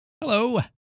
Hello